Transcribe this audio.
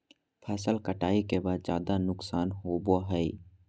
फसल कटाई के बाद ज्यादा नुकसान होबो हइ